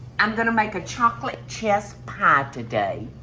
i'm going to make a chocolate chess pie today.